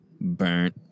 burnt